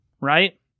right